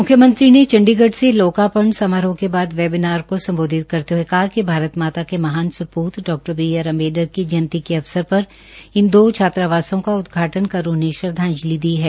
मुख्यमंत्री ने चंडीगढ़ से लोकार्पण समारोह के बाद वेबिनार को संबोधित करते हए कहा कि भारत माता के महान सपूत डॉ बी आर अंबेडकर की जयंती के अवसर पर इन दो छात्रावासों का उद्घाटन कर उन्हें श्रद्वांजलि दी है